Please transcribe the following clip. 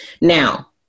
Now